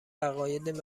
عقاید